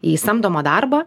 į samdomą darbą